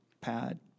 pad